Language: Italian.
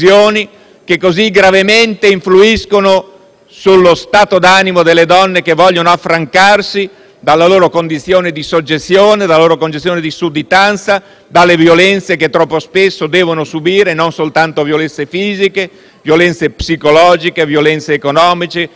sullo stato d'animo delle donne che vogliono affrancarsi dalla loro condizione di soggezione, da loro condizione di sudditanza e dalle violenze che troppo spesso devono subire, non soltanto violenze fisiche, ma anche psicologiche, economiche e sul posto